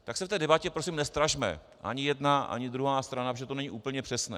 Tak se v té debatě prosím nestrašme, ani jedna, ani druhá strana, protože to není úplně přesné.